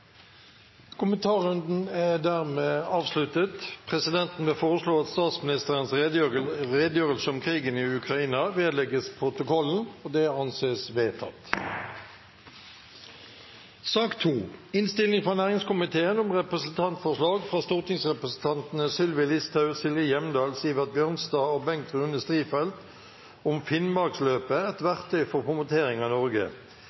Kommentarrunden er dermed avsluttet. Presidenten vil foreslå at statsministerens redegjørelse om krigen i Ukraina vedlegges protokollen. – Det anses vedtatt. Etter ønske fra næringskomiteen vil presidenten ordne debatten slik: 3 minutter til hver partigruppe og